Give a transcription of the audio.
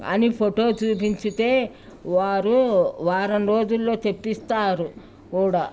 అని ఫోటో చూపించితే వారు వారం రోజుల్లో తెప్పిస్తారు కూడా